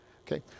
Okay